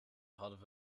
hadden